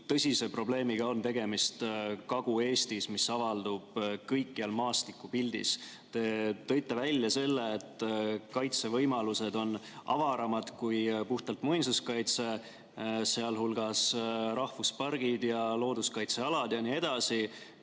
tõsise probleemiga on tegemist Kagu-Eestis, mis avaldub kõikjal maastikupildis. Te tõite välja selle, et kaitsevõimalused on avaramad kui puhtalt muinsuskaitse, sh rahvuspargid, looduskaitsealad jne.